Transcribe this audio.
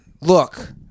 look